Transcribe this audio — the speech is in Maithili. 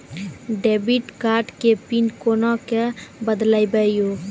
डेबिट कार्ड के पिन कोना के बदलबै यो?